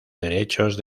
derechos